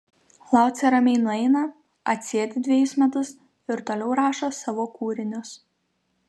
laucė ramiai nueina atsėdi dvejus metus ir toliau rašo savo kūrinius